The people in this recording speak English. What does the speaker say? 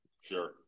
Sure